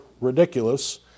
ridiculous